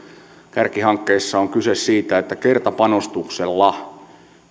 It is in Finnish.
kärkihankkeissa on kyse siitä että kertapanostuksella